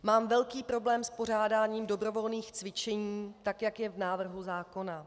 Mám velký problém s pořádáním dobrovolných cvičení tak, jak je v návrhu zákona.